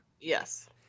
Yes